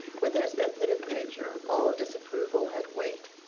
with her sensitive nature all disapproval had weight,